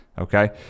okay